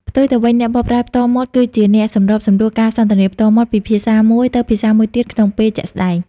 ផ្ទុយទៅវិញ អ្នកបកប្រែផ្ទាល់មាត់ គឺជាអ្នកសម្របសម្រួលការសន្ទនាផ្ទាល់មាត់ពីភាសាមួយទៅភាសាមួយទៀតក្នុងពេលជាក់ស្ដែង។